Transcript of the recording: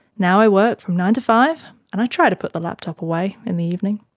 now i work from nine to five and i try to put the laptop away in the evening.